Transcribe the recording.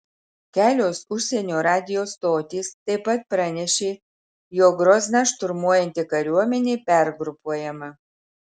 kelios užsienio radijo stotys taip pat pranešė jog grozną šturmuojanti kariuomenė pergrupuojama